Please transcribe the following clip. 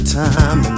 time